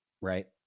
Right